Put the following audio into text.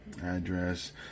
Address